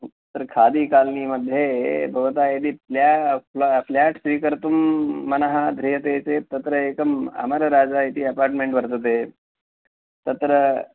अत्र खादी कालनी मध्ये भवता यदि फ़्लेट् स्वीकर्तुं मनः ध्रियते चेत् तत्र एकम् अमरराजा इति अपार्ट्मेन्ट् वर्तते तत्र